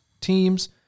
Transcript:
teams